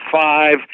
five